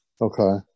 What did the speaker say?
Okay